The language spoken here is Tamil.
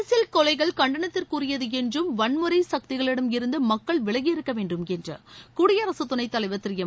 அரசியல் கொலைகள் கண்டனத்திற்குரியது என்றும் வன்முறை சக்திகளிடமிருந்து மக்கள் விலகியிருக்க வேண்டும் என்று குடியரசு துணைத் தலைவர் திரு எம்